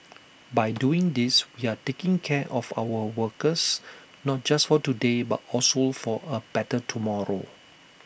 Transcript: by doing these we are taking care of our workers not just for today but also for A better tomorrow